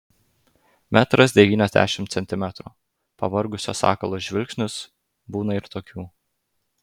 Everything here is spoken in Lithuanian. metras devyniasdešimt centimetrų pavargusio sakalo žvilgsnis būna ir tokių